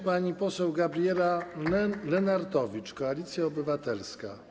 Pani poseł Gabriela Lenartowicz, Koalicja Obywatelska.